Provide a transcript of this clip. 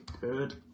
Good